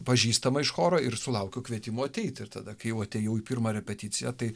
pažįstama iš choro ir sulaukiau kvietimo ateiti ir tada kai jau atėjau į pirmą repeticiją tai